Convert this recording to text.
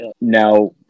now